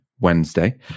Wednesday